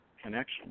connection